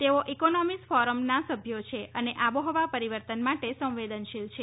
તેઓ ઇકોનોમીઝ ફોરમના સભ્યો છે અને આબોહવા પરિવર્તન માટે સંવેદનશીલ છે